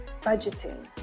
budgeting